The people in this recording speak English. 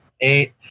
eight